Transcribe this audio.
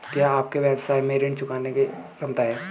क्या आपके व्यवसाय में ऋण चुकाने की क्षमता है?